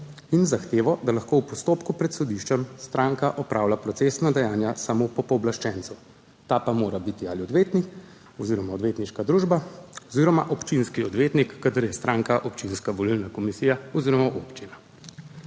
in zahteva, da lahko v postopku pred sodiščem stranka opravlja procesna dejanja samo po pooblaščencu, ta pa mora biti odvetnik oziroma odvetniška družba oziroma občinski odvetnik, kadar je stranka občinska volilna komisija oziroma občina.